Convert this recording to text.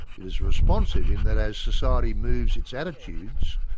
it is responsive in that as society moves its attitudes,